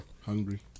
Hungry